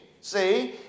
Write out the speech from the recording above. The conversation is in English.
See